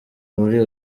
muri